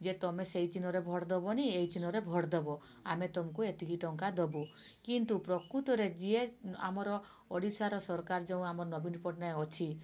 ଯେ ତମେ ସେଇ ଚିହ୍ନରେ ଭୋଟ୍ ଦେବନି ଏଇ ଚିହ୍ନରେ ଭୋଟ୍ ଦେବ ଆମେ ତମକୁ ଏତିକି ଟଙ୍କା ଦେବୁ କିନ୍ତୁ ପ୍ରକୃତରେ ଯିଏ ଆମର ଓଡ଼ିଶାର ସରକାର ଯେଉଁ ଆମ ନବୀନ ପଟ୍ଟନାୟକ ଅଛି